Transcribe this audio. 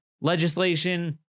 legislation